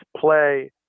play